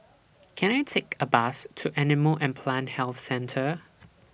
Can I Take A Bus to Animal and Plant Health Centre